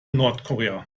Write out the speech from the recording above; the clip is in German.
nordkorea